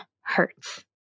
hurts